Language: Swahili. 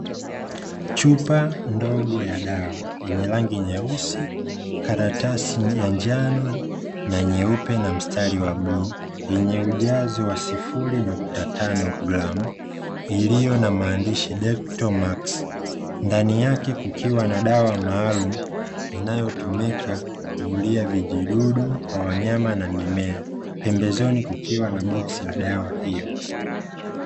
Chupa ndogo ya dawa yenye rangi nyeusi, karatasi ya njano na nyeupe na mstari wa bluu, yenye ujazo wa sifuri nukta tano gramu iliyo na maandishi 'DECTOMAX' ndani yake kukiwa na dawa maalumu inayotumika kuulia vijidudu kwa wanyama na mimea, pembezoni kukiwa na boksi la dawa hiyo.